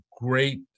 great